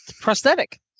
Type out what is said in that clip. prosthetic